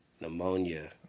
pneumonia